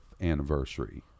anniversary